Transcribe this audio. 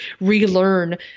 relearn